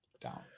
down